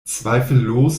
zweifellos